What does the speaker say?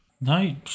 No